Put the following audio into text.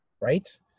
right